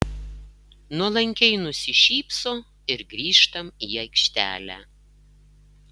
nuolankiai nusišypso ir grįžtam į aikštelę